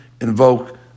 invoke